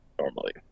normally